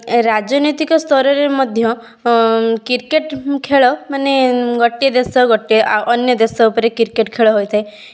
ରାଜନୀତିକ ସ୍ତରରେ ମଧ୍ୟ କ୍ରିକେଟ୍ ଖେଳ ମାନେ ଗୋଟେ ଦେଶ ଗୋଟେ ଆଉ ଅନ୍ୟ ଦେଶ ଉପରେ କ୍ରିକେଟ୍ ଖେଳ ହୋଇଥାଏ